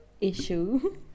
issue